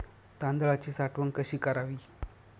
तांदळाची साठवण कशी करावी?